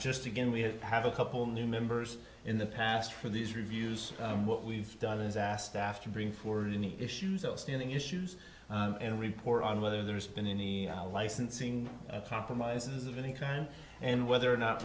just again we have a couple new members in the past for these reviews and what we've done is asked after bring forward any issues outstanding issues and report on whether there's been any licensing compromises of any kind and whether or not